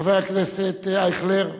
חבר הכנסת אייכלר.